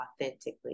authentically